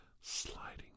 sliding